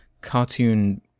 cartoon